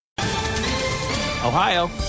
Ohio